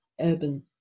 urban